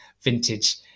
vintage